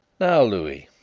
now, louis,